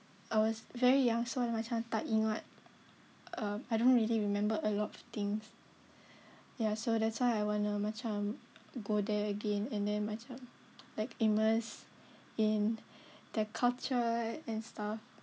I was very young so macam tak ingat uh I don't really remember a lot of things ya so that's why I wanna macam go there again and then macam like immerse in the culture and stuff